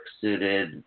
suited